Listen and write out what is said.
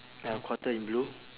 and quarter in blue